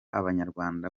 abanyarwanda